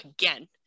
again